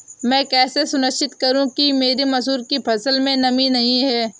मैं कैसे सुनिश्चित करूँ कि मेरी मसूर की फसल में नमी नहीं है?